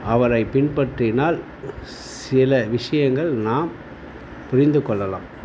அவரை பின்பற்றினால் சில விஷயங்கள் நாம் புரிந்துக்கொள்ளலாம்